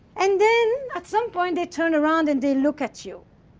and then at some point they turn around and they look at you.